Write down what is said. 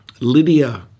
Lydia